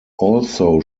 also